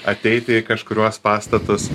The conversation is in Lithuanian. ateiti į kažkuriuos pastatus